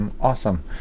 Awesome